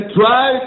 try